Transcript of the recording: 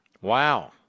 Wow